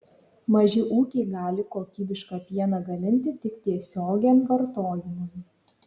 maži ūkiai gali kokybišką pieną gaminti tik tiesiogiam vartojimui